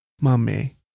Mummy